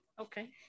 Okay